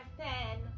ten